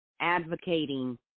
advocating